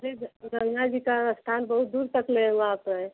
array ग गंगा जी का स्थान बहुत दूर तक ले वहाँ पर है